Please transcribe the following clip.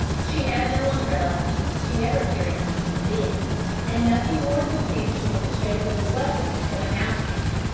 she had no umbrella she never carried one to the theatre and nothing more substantial in the shape of a weapon than a fountain pen.